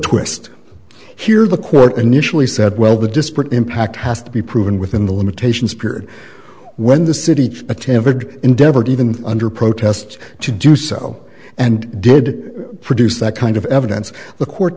twist here the court initially said well the disparate impact has to be proven within the limitations period when the city attempted endeavored even under protest to do so and did produce that kind of evidence the court